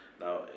Now